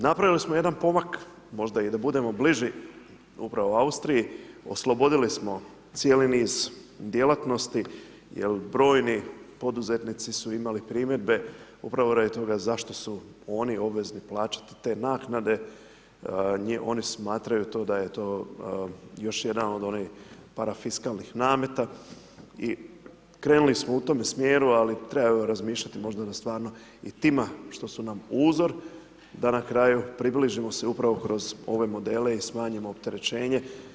Napravili smo jedan pomak možda i da budemo bliži upravo Austriji, oslobodili smo cijeli niz djelatnosti jer brojni poduzetnici su imali primjedbe upravo radi toga zašto su oni obvezni plaćati te naknade, oni smatraju da je to još jedan od onih parafiskalnih nameta i krenuli smo u tom smjeru ali treba razmišljati možda da stvarno i tima što su nam uzor, da na kraju približimo se upravo kroz ove modele i smanjimo opterećenje.